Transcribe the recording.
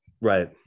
Right